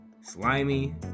slimy